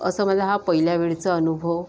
असं मला हा पहिल्या वेळचा अनुभव